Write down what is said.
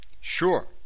Sure